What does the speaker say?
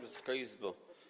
Wysoka Izbo!